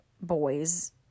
boys